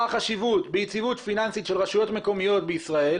חשיבות ביציבות פיננסית של רשויות מקומיות בישראל,